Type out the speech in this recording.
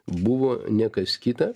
buvo ne kas kita